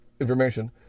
information